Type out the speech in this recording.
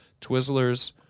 Twizzlers